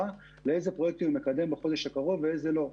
לגבי איזה פרויקטים לקדם בחודש הקרוב ואיזה לא.